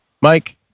Mike